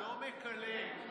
לא מקלל.